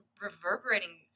reverberating